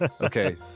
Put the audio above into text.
Okay